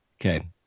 Okay